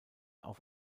auf